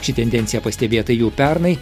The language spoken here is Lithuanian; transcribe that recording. ši tendencija pastebėta jau pernai